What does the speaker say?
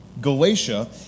Galatia